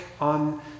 on